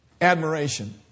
Admiration